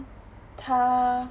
她